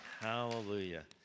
Hallelujah